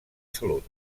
salut